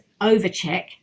overcheck